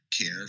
care